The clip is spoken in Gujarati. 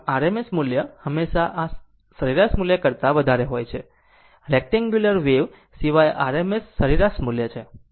આમ RMS મૂલ્ય હંમેશા આ સરેરાશ મૂલ્ય કરતા વધારે હોય છે રેક્ટેન્ગુંલર વેવ સિવાય r સરેરાશ મૂલ્ય છે